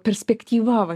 perspektyva va